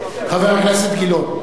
חבר הכנסת גילאון.